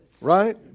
right